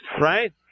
Right